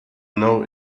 know